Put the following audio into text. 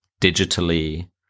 digitally